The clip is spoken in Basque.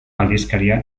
aldizkaria